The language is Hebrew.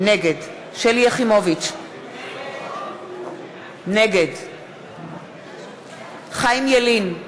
נגד שלי יחימוביץ, נגד חיים ילין,